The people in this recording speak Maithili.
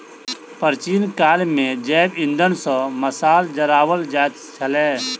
प्राचीन काल मे जैव इंधन सॅ मशाल जराओल जाइत छलै